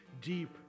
deep